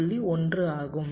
1 ஆகும்